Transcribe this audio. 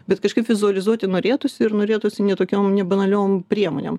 bet kažkaip vizualizuoti norėtųsi ir norėtųsi ne tokiom banaliom priemonėm